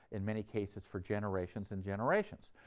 in many cases, for generations and generations.